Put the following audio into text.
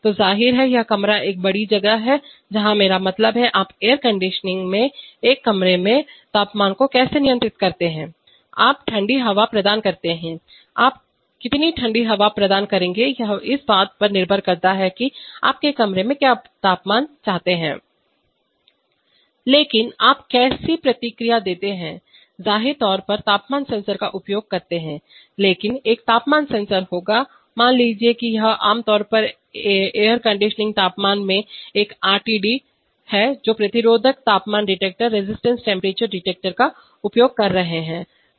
तो जाहिर है यह कमरा एक बड़ी जगह है जहां मेरा मतलब है आप एयर कंडीशनिंग में एक कमरे में तापमान को कैसे नियंत्रित करते हैं आप ठंडी हवा प्रदान करते हैं अब आप कितनी ठंडी हवा प्रदान करेंगे यह इस बात पर निर्भर करता है कि आप कमरे में क्या तापमान चाहते हैं लेकिन आप कैसे प्रतिक्रिया देते हैं जाहिर तौर पर तापमान सेंसर का उपयोग करते हैं लेकिन एक तापमान सेंसर होगा मान लीजिए कि यह आमतौर पर एयर कंडीशनिंग तापमान में एक आरटीडी है जो प्रतिरोध तापमान डिटेक्टरोंका उपयोग कर रहे हैं